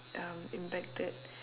um impacted